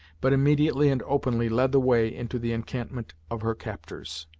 but immediately and openly led the way into the encampment of her captors.